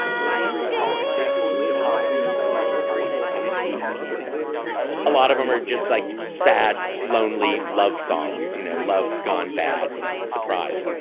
um a lot of them are just like sad lonely love songs you know love gone bad surprise.